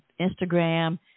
Instagram